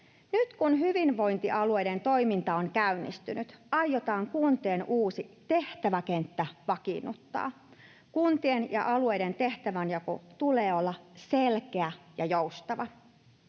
Nyt kun hyvinvointialueiden toiminta on käynnistynyt, aiotaan kuntien uusi tehtäväkenttä vakiinnuttaa. Kuntien ja alueiden tehtävänjaon tulee olla selkeä ja joustava,